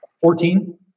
Fourteen